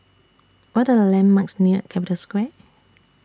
What Are The landmarks near Capital Square